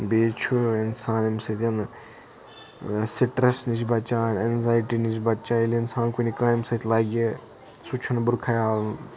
بیٚیہِ چھُ اِنسان امہِ سۭتۍ سٕٹرس نِش بَچان ایٚنزایٹی نِش بَچان ییٚلہِ اِنسان کُنہِ کامہِ سۭتۍ لَگہِ سُہ چھُنہ بُرٕ خَیال